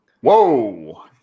Whoa